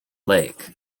lake